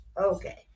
Okay